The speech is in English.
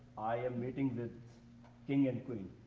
i am meeting the king and queen.